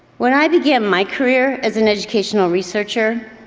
when i began my career as an educational researcher,